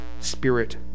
Spirit